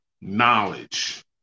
knowledge